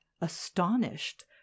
astonished